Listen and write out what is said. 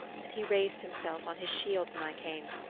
and he raised himself on his shield when i came,